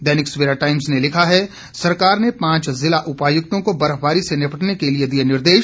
दैनिक Savera Times ने लिखा है सरकार ने पांच जिला उपायुक्तों को बर्फबारी से निपटने के लिए दिए निर्देश